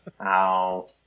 Ow